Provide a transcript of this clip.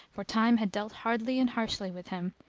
for time had dealt hardly and harshly with him,